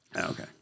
okay